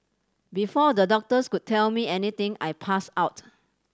before the doctors could tell me anything I passed out